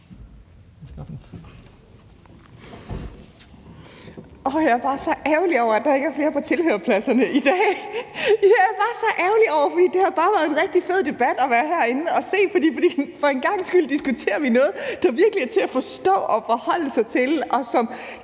jeg er bare så ærgerlig over, at der ikke er flere på tilhørerpladserne i dag. Jeg er bare så ærgerlig over det, for det har bare været en rigtig fed debat at være herinde at se, fordi vi for en gangs skyld diskuterer noget, der virkelig er til at forstå og forholde sig til, og som